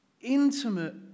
intimate